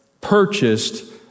purchased